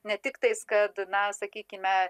ne tik tais kad na sakykime